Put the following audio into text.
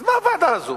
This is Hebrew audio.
אז מה הוועדה הזו?